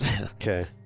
Okay